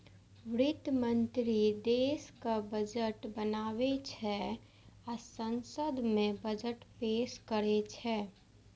वित्त मंत्री देशक बजट बनाबै छै आ संसद मे बजट पेश करै छै